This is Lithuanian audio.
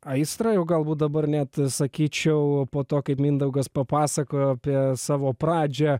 aistrą jau galbūt dabar net sakyčiau po to kaip mindaugas papasakojo apie savo pradžią